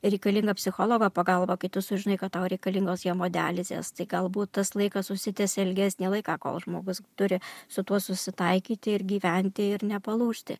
reikalinga psichologo pagalba kai tu sužinai kad tau reikalingos hemodializės tai galbūt tas laikas užsitęsia ilgesnį laiką kol žmogus turi su tuo susitaikyti ir gyventi ir nepalūžti